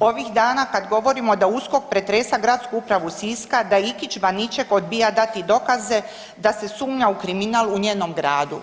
ovih dana kad govorimo da USKOK pretresa gradsku upravu Siska, da Ikić Baniček odbija dati dokaze, da se sumnja u kriminal u njenom gradu.